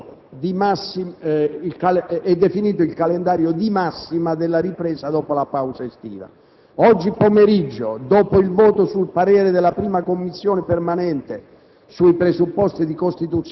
e definito il calendario di massima della ripresa dopo la pausa estiva. Oggi pomeriggio, dopo il voto sul parere della 1a Commissione permanente